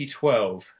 2012